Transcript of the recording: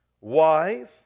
wise